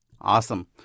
Awesome